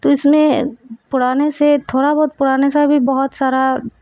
تو اس میں پرانے سے تھوڑا بہت پرانے سے ابھی بہت سارا